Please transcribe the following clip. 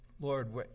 Lord